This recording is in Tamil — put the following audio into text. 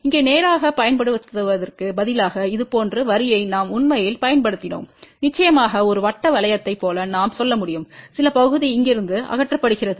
இங்கே நேராக பயன்படுத்துவதற்கு பதிலாக இது போன்ற வரியை நாம் உண்மையில் பயன்படுத்தினோம் நிச்சயமாக ஒரு வட்ட வளையத்தைப் போல நாம் சொல்ல முடியும் சில பகுதி இங்கிருந்து அகற்றப்படுகிறது